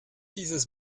dieses